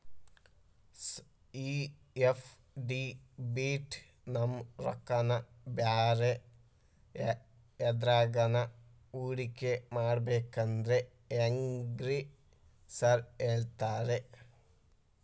ಈ ಎಫ್.ಡಿ ಬಿಟ್ ನಮ್ ರೊಕ್ಕನಾ ಬ್ಯಾರೆ ಎದ್ರಾಗಾನ ಹೂಡಿಕೆ ಮಾಡಬೇಕಂದ್ರೆ ಹೆಂಗ್ರಿ ಸಾರ್ ಹೇಳ್ತೇರಾ?